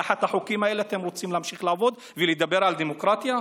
תחת החוקים האלה אתם רוצים להמשיך לעבוד ולדבר על דמוקרטיה?